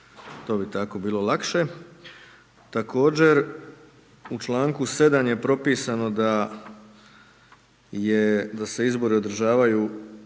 to bi tako bilo lakše. Također u članku 7., je propisano da je, da se izbori održavaju